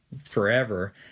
forever